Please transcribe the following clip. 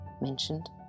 mentioned